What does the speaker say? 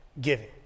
giving